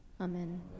Amen